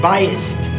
Biased